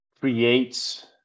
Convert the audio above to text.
creates